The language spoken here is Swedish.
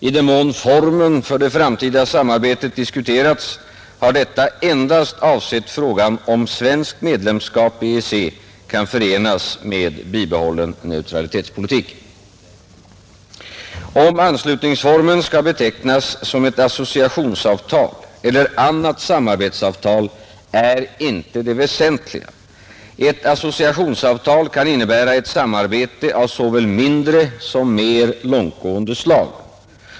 I den mån formen för det framtida samarbetet diskuterats har detta endast avsett frågan om svenskt medlemskap i EEC kan förenas med bibehållen neutralitetspolitik. Om anslutningsformen skall betecknas som ett associationsavtal eller annat samarbetsavtal är inte det väsentliga. Ett associationsavtal kan innebära ett samarbete av såväl mindre som mer långtgående slag.